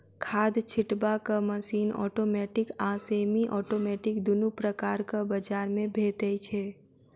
खाद छिटबाक machine automatic आ सेमी औटोमेटिक दुनू प्रकारक बजार मे भेटै छै